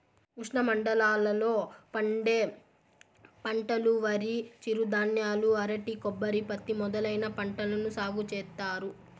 ఉష్ణమండలాల లో పండే పంటలువరి, చిరుధాన్యాలు, అరటి, కొబ్బరి, పత్తి మొదలైన పంటలను సాగు చేత్తారు